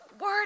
word